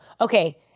Okay